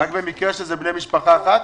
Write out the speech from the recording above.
רק במקרה שזה בני משפחה אחת?